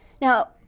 Now